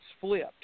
flipped